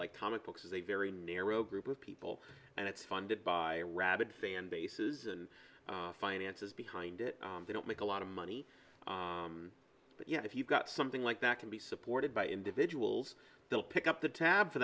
like comic books is a very narrow group of people and it's funded by rabid fan bases and finances behind it they don't make a lot of money but you know if you've got something like that can be supported by individuals they'll pick up the tab for